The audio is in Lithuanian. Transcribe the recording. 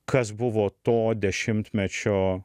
kas buvo to dešimtmečio